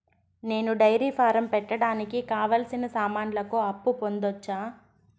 నేను dairy farm పెట్టడానికి కావాల్సిన సామాన్లకు అప్పు పొందొచ్చా?